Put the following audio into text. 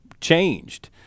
changed